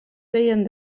feien